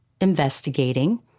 investigating